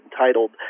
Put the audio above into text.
entitled